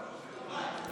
הפרת אמונים.